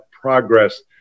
progress